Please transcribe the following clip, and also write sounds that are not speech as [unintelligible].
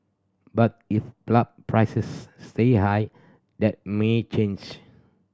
but if [unintelligible] prices stay high that may change